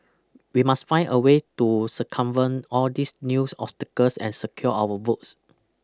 we must find a way to circumvent all these new obstacles and secure our votes